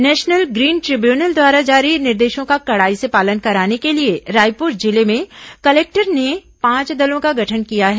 national green tribunal द्वारा जारी निर्देशों का कड़ाई से पालन कराने के लिए रायपुर जिले में कलेक्टर ने पांच दलों का गठन किया है